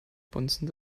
bonzen